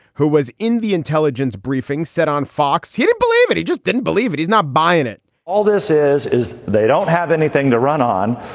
who was in the intelligence briefing, said on fox he didn't believe it. he just didn't believe it. he's not buying it all this is, is they don't have anything to run on.